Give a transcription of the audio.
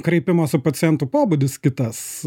kreipimosi pacientų pobūdis kitas